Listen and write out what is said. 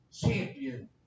champion